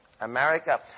America